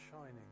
shining